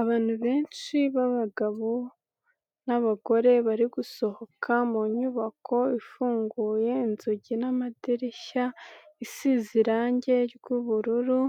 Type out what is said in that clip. Abantu benshi b'abagabo n'abagore bari gusohoka mu nyubako ifunguye inzugi n'amadirishya, isize irange ry'ubururu,